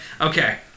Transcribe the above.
Okay